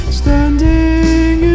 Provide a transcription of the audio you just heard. standing